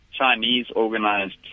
Chinese-organized